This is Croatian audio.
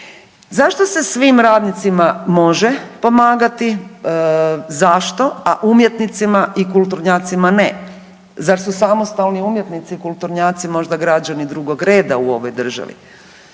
Zašto se svim radnicima može pomagati, zašto, a umjetnicima i kulturnjacima ne? Zar su samostalni umjetnici i kulturnjaci možda građani drugog reda u ovoj državi?